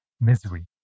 Misery